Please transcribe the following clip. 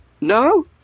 No